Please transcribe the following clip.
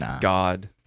god